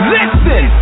Listen